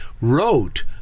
wrote